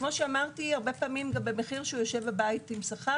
והרבה פעמים במחיר שיושב בבית עם שכר